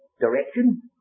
direction